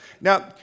Now